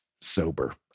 sober